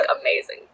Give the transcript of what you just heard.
amazing